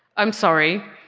m sorry!